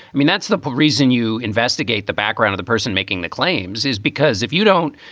i mean, that's the reason you investigate the background of the person making the claims is because if you don't.